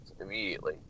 immediately